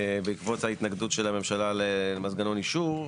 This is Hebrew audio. בעקבות ההתנגדות של הממשלה למנגנון אישור,